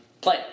Play